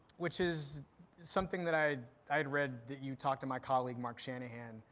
which is something that i i had read that you'd talked to my colleague mark shanahan,